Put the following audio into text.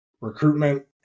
recruitment